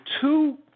two